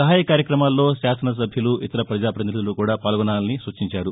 సహాయ కార్వక్రమాల్లో శాసన సభ్యులు ఇతర ప్రజాపతినిధులు కూడా పాల్గొనాలని సూచించారు